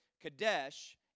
kadesh